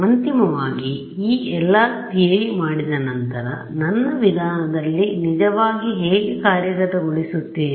ಅಂತಿಮವಾಗಿ ಈ ಎಲ್ಲಾ ತಿಯರಿ ಮಾಡಿದ ನಂತರ ನನ್ನ ವಿಧಾನದಲ್ಲಿ ನಿಜವಾಗಿ ಹೇಗೆ ಕಾರ್ಯಗತಗೊಳಿಸುತ್ತೇನೆ